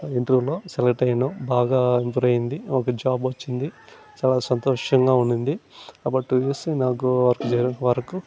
ఇంటర్వ్యూలో సెలెక్ట్ అయినా బాగా ఇంప్రూవ్ అయ్యింది ఒక జాబ్ వచ్చింది చాలా సంతోషంగా ఉండింది అప్పుడు తెలిసి నాకు జరిగినంత వరకు